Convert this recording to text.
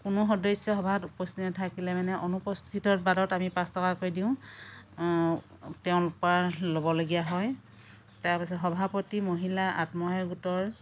কোনো সদস্য সভাত উপস্থিত নাথাকিলে মানে অনুপস্থিতবাদত আমি পাঁচ টকাকৈ দিওঁ তেওঁৰ পৰা ল'বলগীয়া হয় তাৰ পিছত সভাপতি মহিলা আত্মসহায়ক গোটৰ